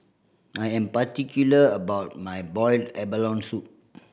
I am particular about my boiled abalone soup